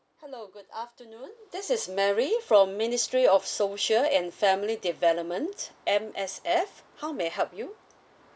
hello good afternoon this is mary from ministry of social and family development M_S_F how may I help you